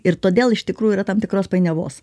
ir todėl iš tikrųjų yra tam tikros painiavos